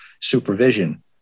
supervision